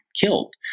killed